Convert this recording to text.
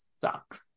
sucks